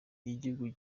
igihugu